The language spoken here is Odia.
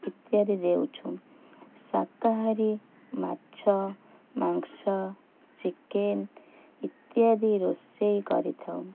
ଇତ୍ୟାଦି ଦେଉଛୁ ଶାକାହାରୀ ମାଛ ମାଂସ ଚିକେନ୍ ଇତ୍ୟାଦି ରୋଷେଇ କରିଥାଉ